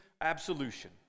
absolution